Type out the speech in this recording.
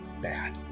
bad